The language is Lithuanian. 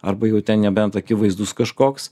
arba jau ten nebent akivaizdus kažkoks